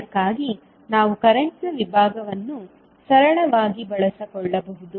ಅದಕ್ಕಾಗಿ ನಾವು ಕರೆಂಟ್ನ ವಿಭಾಗವನ್ನು ಸರಳವಾಗಿ ಬಳಸಿಕೊಳ್ಳಬಹುದು